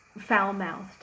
foul-mouthed